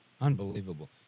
Unbelievable